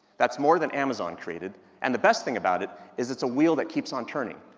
that's more than amazon created, and the best thing about it is it's a wheel that keeps on turning,